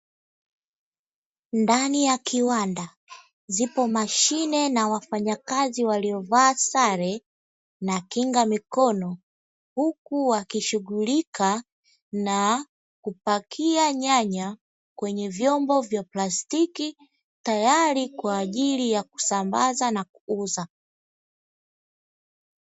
Ndani ya kiwanda zipo mashine na wafanyakazi waliovaa sare na kinga mikono, huku wakishughulika na kupakia nyanya kwenye vyombo vya plastiki tayari kwa ajili ya kusambaza na kuuza.